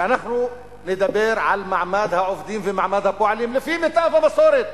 לנו לדבר על מעמד העובדים ומעמד הפועלים לפי מיטב המסורת,